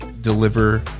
deliver